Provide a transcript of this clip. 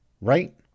right